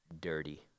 dirty